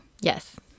Yes